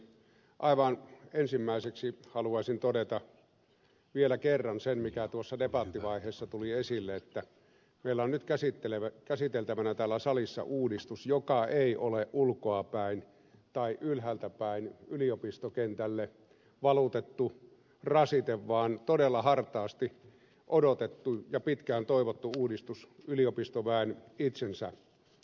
aivan ensimmäiseksi haluaisin todeta vielä kerran sen mikä tuossa debattivaiheessa tuli esille että meillä on nyt käsiteltävänä täällä salissa uudistus joka ei ole ulkoapäin tai ylhäältäpäin yliopistokentälle valutettu rasite vaan todella hartaasti odotettu ja pitkään toivottu uudistus yliopistoväen itsensä taholta